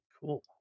Cool